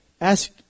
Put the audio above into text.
ask